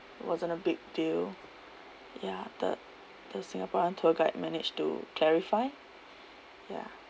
it wasn't a big deal ya th the singaporean tour guide managed to clarify ya